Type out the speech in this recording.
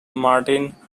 martin